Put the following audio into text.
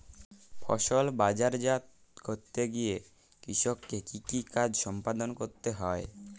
ফসল বাজারজাত করতে গিয়ে কৃষককে কি কি কাজ সম্পাদন করতে হয়?